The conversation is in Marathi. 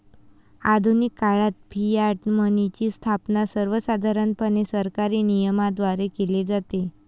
आधुनिक काळात फियाट मनीची स्थापना सर्वसाधारणपणे सरकारी नियमनाद्वारे केली जाते